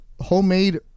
homemade